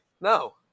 no